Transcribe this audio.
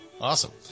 Awesome